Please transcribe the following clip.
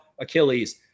Achilles